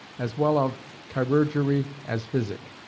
as well of chirurgery, as physic.